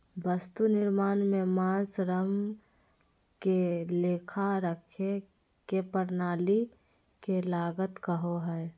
वस्तु निर्माण में माल, श्रम के लेखा रखे के प्रणाली के लागत कहो हइ